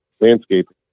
landscaping